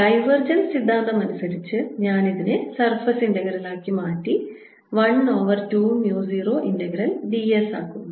divergence സിദ്ധാന്തമനുസരിച്ച് ഞാൻ ഇതിനെ സർഫസ് ഇന്റഗ്രൽ ആക്കി മാറ്റി 1 over 2 mu 0 integral d s ആക്കുന്നു